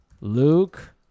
Luke